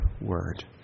word